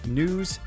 news